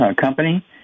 company